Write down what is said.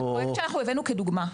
זה פרויקט שאנחנו הבאנו כדוגמה.